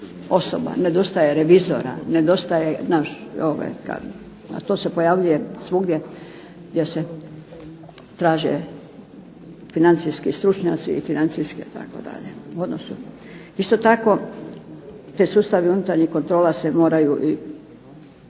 osoba, nedostaje revizora, nedostaje …/Govornica se ne razumije./…, a to se pojavljuje svugdje gdje se traže financijski stručnjaci i financijske itd. Isto tako, ti sustavi unutarnjih kontrola se moraju i